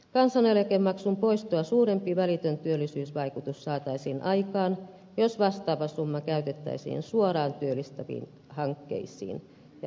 kansaneläkemaksun poistoa suurempi välitön työllisyysvaikutus saataisiin aikaan jos vastaava summa käytettäisiin suoraan työllistäviin hankkeisiin ja investointeihin